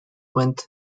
went